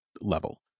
level